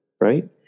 right